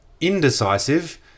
indecisive